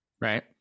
right